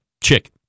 chick